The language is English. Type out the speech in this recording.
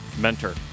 mentor